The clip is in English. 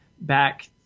back